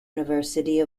university